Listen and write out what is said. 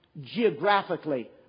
geographically